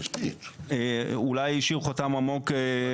אולי השאיר חותם עמוק.